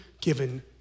given